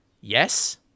Yes